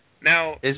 Now